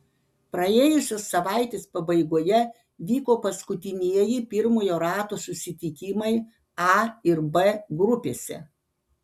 praėjusios savaitės pabaigoje vyko paskutinieji pirmojo rato susitikimai a ir b grupėse